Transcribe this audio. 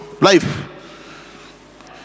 life